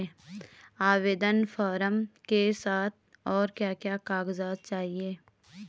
आवेदन फार्म के साथ और क्या क्या कागज़ात चाहिए?